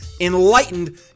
enlightened